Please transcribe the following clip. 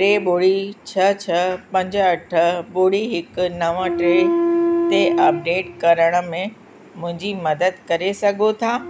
टे ॿुड़ी छह छह पंज अठ ॿुड़ी हिकु नव टे ते अपडेट करण में मुंहिंजी मदद करे सघो था